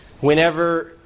whenever